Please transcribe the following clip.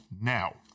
Now